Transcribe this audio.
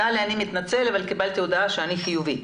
שהוא מתנצל אבל הוא קיבל הודעה שהוא חיובי.